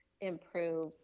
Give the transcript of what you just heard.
improve